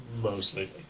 mostly